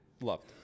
loved